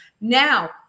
now